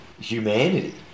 humanity